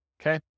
okay